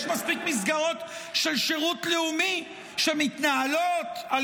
יש מספיק מסגרות של שירות לאומי שמתנהלות על